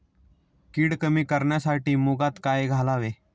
कीड कमी करण्यासाठी मुगात काय घालावे?